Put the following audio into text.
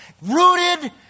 Rooted